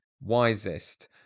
wisest